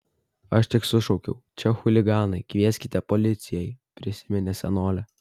aš tik sušaukiau čia chuliganai kvieskite policijai prisiminė senolė